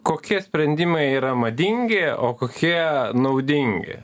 kokie sprendimai yra madingi o kokie naudingi